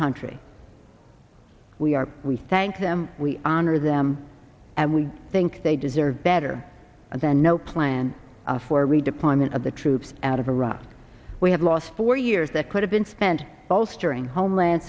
country we are we thank them we honor them and we think they deserve better than no plan for redeployment of the troops out of iraq we have lost four years that could have been spent bolstering homeland